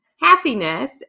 happiness